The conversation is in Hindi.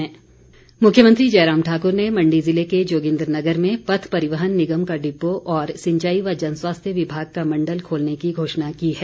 मुख्यमंत्री मुख्यमंत्री जयराम ठाक्र ने मण्डी ज़िले के जोगिन्द्रनगर में पथ परिवहन निगम का डिपो और सिंचाई व जन स्वास्थ्य विभाग का मण्डल खोलने की घोषणा की है